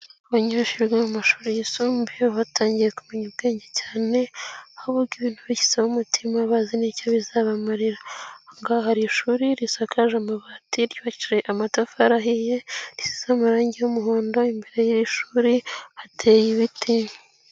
Abanyeshuri mu mashuri yisumbuye batangiye kumenya ubwenge cyane, aho biga ibintu bisaba umutima bazi n'icyo bizabamarira, hari ishuri risakaje amabati, ryubakishije amatafari ahiye, risize amarangi y'umuhondo, imbere y'ishuri hateye ibiti.